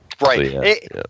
Right